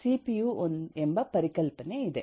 CPU ಎಂಬ ಪರಿಕಲ್ಪನೆ ಇದೆ